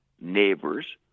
neighbors